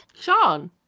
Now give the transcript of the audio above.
Sean